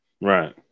Right